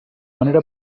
manera